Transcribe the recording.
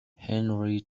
henry